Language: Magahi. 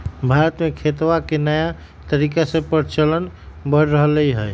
भारत में खेतवा के नया तरीका के प्रचलन बढ़ रहले है